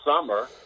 summer